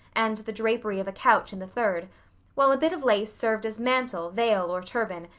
and the drapery of a couch in the third while a bit of lace served as mantle, veil, or turban,